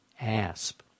Asp